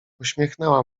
uśmiechnęła